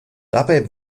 dabei